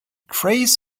trays